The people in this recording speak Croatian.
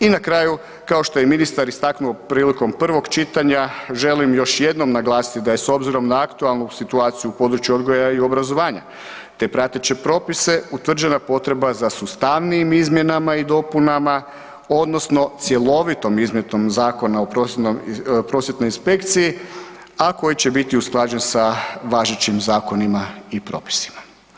I na kraju, kao što je ministar istaknuo prilikom prvog čitanja, želim još jednom naglasiti da je s obzirom na aktualnu situaciju u području odgoja i obrazovanja te prateće propise, utvrđena potreba za sustavnijim izmjenama i dopunama odnosno cjelovitom izmjenom Zakona o prosvjetnoj inspekciji a koji će biti usklađen sa važećim zakonima i propisima.